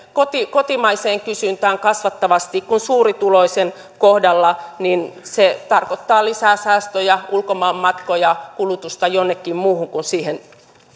kotimaiseen kysyntään kasvattavasti kun suurituloisen kohdalla se tarkoittaa lisää säästöjä ulkomaanmatkoja kulutusta jonnekin muuhun kuin siihen